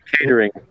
catering